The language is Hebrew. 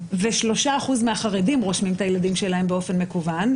ו-3% מהחרדים רושמים את הילדים שלהם באופן מקוון,